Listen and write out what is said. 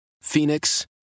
Phoenix